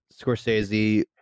Scorsese